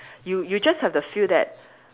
you you just have the feel that